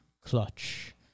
Clutch